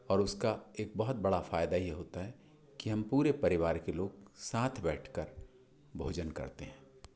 और उसका एक बहुत बड़ा फ़ायदा ये होता है कि हम पूरे परिवार के लोग साथ बैठकर भोजन करते हैं